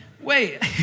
wait